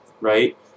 right